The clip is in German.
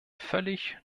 völlig